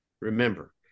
Remember